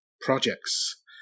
projects